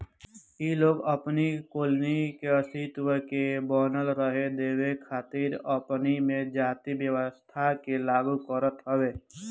इ लोग अपनी कॉलोनी के अस्तित्व के बनल रहे देवे खातिर अपनी में जाति व्यवस्था के लागू करत हवे